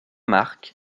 marc